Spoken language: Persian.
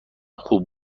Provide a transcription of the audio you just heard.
خوب